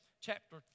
chapter